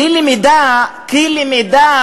לא מדינת ישראל.